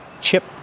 chip